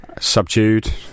Subdued